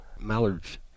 mallards